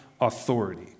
authority